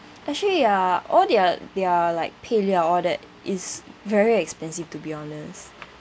actually ya all their their like 配料 all that is very expensive to be honest